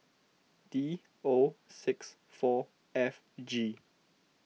D O six four F G